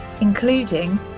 including